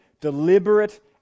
deliberate